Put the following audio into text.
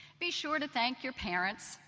be sure to thank your parents,